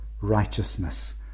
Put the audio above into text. righteousness